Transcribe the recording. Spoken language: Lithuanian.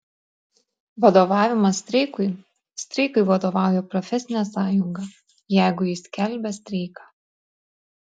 vadovavimas streikui streikui vadovauja profesinė sąjunga jeigu ji skelbia streiką